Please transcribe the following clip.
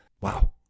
wow